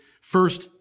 first